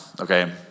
okay